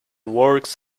works